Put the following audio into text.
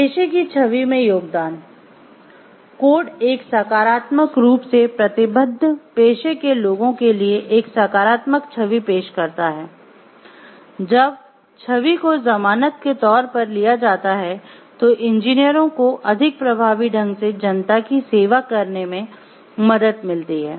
पेशे की छवि में योगदान कोड एक सकारात्मक रूप से प्रतिबद्ध पेशे के लोगों के लिए एक सकारात्मक छवि पेश करता है जब छवि को जमानत ढंग से जनता की सेवा करने में मदद मिलती है